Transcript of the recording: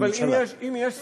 אבל אם יש סיכום,